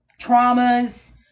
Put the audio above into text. traumas